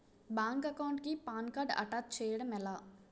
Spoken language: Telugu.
బ్యాంక్ అకౌంట్ కి పాన్ కార్డ్ అటాచ్ చేయడం ఎలా?